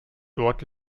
dort